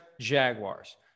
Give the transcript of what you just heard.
Jaguars